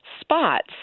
spots